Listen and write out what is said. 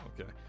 Okay